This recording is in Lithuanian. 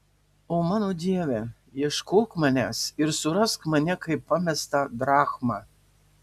o mano dieve ieškok manęs ir surask mane kaip pamestą drachmą